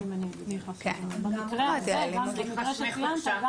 במקרה שציינת גם